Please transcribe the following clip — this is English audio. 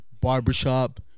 Barbershop